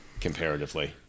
comparatively